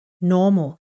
normal